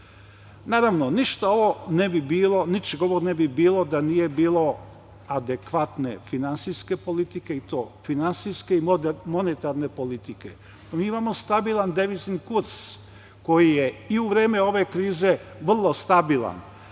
ulažu u našu zemlju. Naravno, ničeg ovog ne bi bilo da nije bilo adekvatne finansijske politike i to finansijske i monetarne politike. Mi imamo stabilan devizni kurs, koji je u vreme ove krize vrlo stabilan.